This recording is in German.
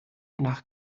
nach